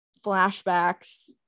flashbacks